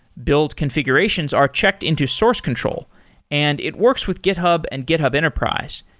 build configurations are checked into source control and it works with github and github enterprise,